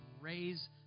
raise